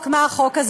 החוק.